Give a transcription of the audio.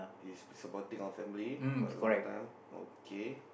he's supporting our family quite long time okay